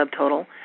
subtotal